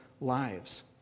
lives